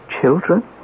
children